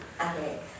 Okay